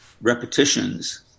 repetitions